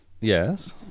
yes